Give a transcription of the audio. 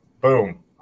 Boom